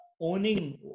owning